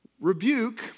Rebuke